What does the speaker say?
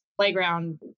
playground